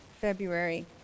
February